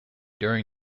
during